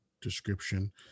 description